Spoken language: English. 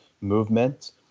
movement